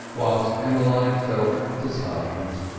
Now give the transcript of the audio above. whilst emmeline felt disheartened.